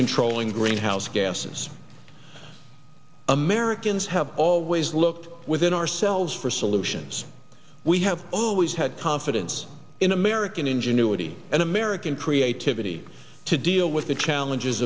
controlling greenhouse gases americans have always looked within ourselves for solutions we have always had confidence in american ingenuity and american creativity to deal with the challenges